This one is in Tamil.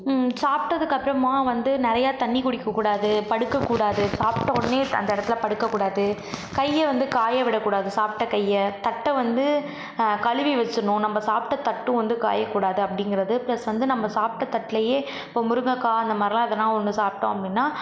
சாப்பிட்டதுக்கு அப்புறமா வந்து நிறையா தண்ணிர் குடிக்க கூடாது படுக்க கூடாது சாப்பிட்ட உடனே அந்த இடத்துல படுக்க கூடாது கையை வந்து காய விடக்கூடாது சாப்பிட்ட கையை தட்டை வந்து கழுவி வச்சிடணும் நம்ம சாப்பிட்ட தட்டும் வந்து காய கூடாது அப்படிங்கிறது ப்ளஸ் வந்து நம்ம சாப்பிட்ட தட்டுலேயே இப்போ முருங்கைக்கா அந்தமாதிரிலாம் எதனா ஒன்று சாப்பிட்டோம் அப்படினா